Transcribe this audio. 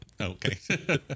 Okay